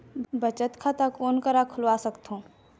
बचत खाता कोन करा खुलवा सकथौं?